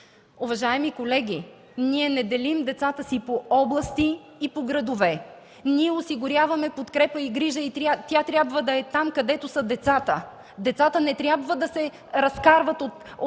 Уважаеми колеги, ние не делим децата си по области и по градове. Ние осигуряваме подкрепа и грижа. Тя трябва да е там, където са децата. Децата не трябва да се разкарват от целия